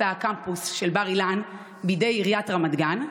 הקמפוס של בר-אילן בידי עיריית רמת גן,